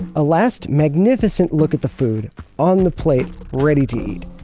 a last magnificent look at the food on the plate, ready to eat.